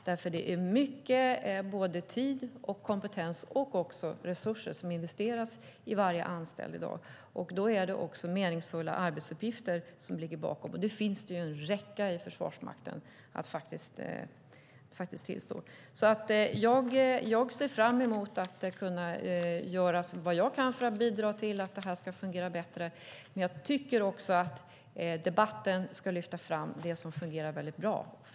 Det är nämligen mycket såväl tid som kompetens och resurser som investeras i varje anställd i dag. Då är det också meningsfulla arbetsuppgifter som ligger bakom, och det finns det en räcka av i Försvarsmakten. Jag ser alltså fram emot att kunna göra vad jag kan för att bidra till att det här ska fungera bättre, men jag tycker också att debatten ska lyfta fram det som fungerar väldigt bra.